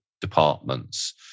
departments